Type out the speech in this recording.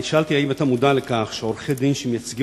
שאלתי: האם אתה מודע לכך שעורכי-דין שמייצגים